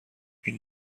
این